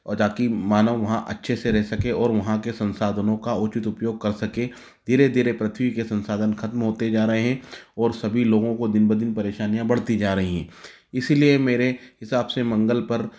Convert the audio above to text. और जा के मानव वहाँ अच्छे से रह सके और वहाँ के संसाधनों का उचित उपयोग कर सके धीरे धीरे पृथ्वी के संसाधन खत्म होते जा रहे हैं और सभी लोगों को दिन ब दिन परेशानियां बढ़ती जा रही हैं इसीलिए मेरे हिसाब से मंगल पर